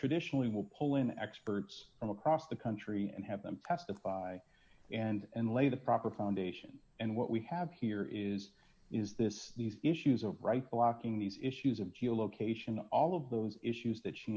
traditionally will pull in experts from across the country and have them testify and lay the proper foundation and what we have here is is this these issues of right blocking these issues of geolocation all of those issues that she